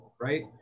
right